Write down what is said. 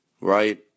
right